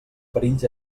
perills